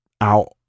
out